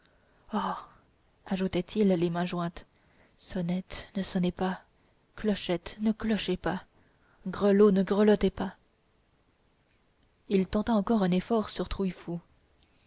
ajoutait-il les mains jointes sonnettes ne sonnez pas clochettes ne clochez pas grelots ne grelottez pas il tenta encore un effort sur trouillefou